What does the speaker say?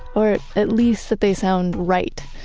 or at least that they sound right.